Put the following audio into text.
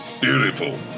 Beautiful